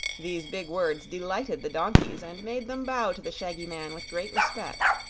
these big words delighted the donkeys, and made them bow to the shaggy man with great respect.